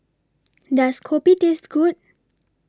Does Kopi Taste Good